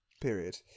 period